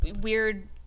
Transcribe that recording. weird